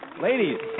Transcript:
Ladies